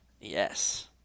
Yes